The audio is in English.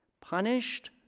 punished